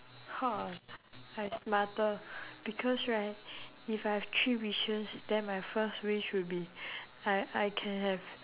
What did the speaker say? ha I smarter because right if I've three wishes then my first wish will be I I can have